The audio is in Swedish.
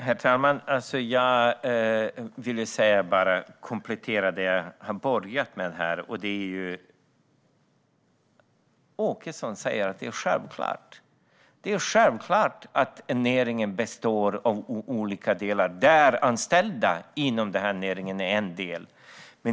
Herr ålderspresident! Jag vill komplettera det som jag har sagt. Anders Åkesson säger att det är självklart att näringen består av olika delar, där de anställda inom denna näring är en del.